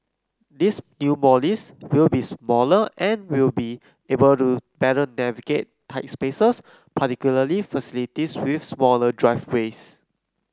these new Mollies will be smaller and will be able to better navigate tight spaces particularly facilities with smaller driveways